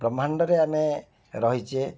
ବ୍ରହ୍ମାଣ୍ଡରେ ଆମେ ରହିଛେ